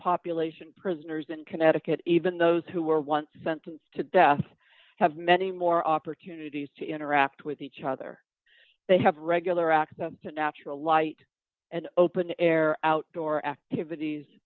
population prisoners in connecticut even those who were once sentenced to death have many more opportunities to interact with each other they have regular access to natural light and open air outdoor activities